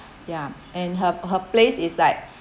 ya and her her place is like